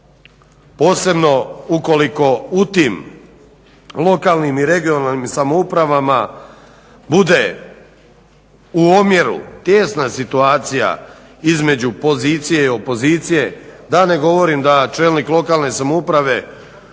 posebno ukoliko u tim lokalnim i regionalnim samoupravama bude u omjeru tijesna situacija između pozicije i opozicije, da ne govorim da čelnik lokalne samouprave